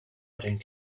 adding